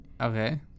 Okay